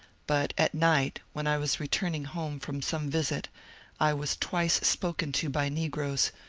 but at night when i was returning home from some visit i was twice spoken to by negroes,